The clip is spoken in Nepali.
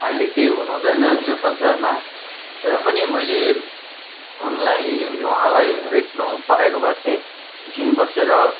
अहिले चाहिँ हुनुहुँदैन यो संसारमा तर पनि मैले उनलाई उहाँलाई भेट्नु पाएको भए चाहिँ एकछिन बसेर